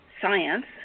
science